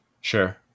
Sure